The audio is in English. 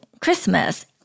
Christmas